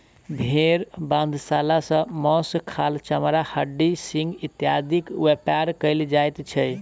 भेंड़ बधशाला सॅ मौस, खाल, चमड़ा, हड्डी, सिंग इत्यादिक व्यापार कयल जाइत छै